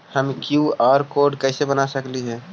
हम QR code कैसे बना सकली ही?